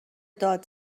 داد